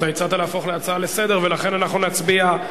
אתה הצעת להפוך להצעה לסדר-היום ולכן אנחנו נצביע,